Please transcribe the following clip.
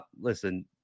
Listen